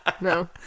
No